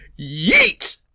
Yeet